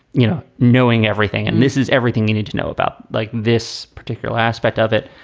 you know, knowing everything. and this is everything you need to know about, like this particular aspect of it.